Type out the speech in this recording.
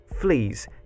fleas